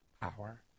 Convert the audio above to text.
power